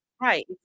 Right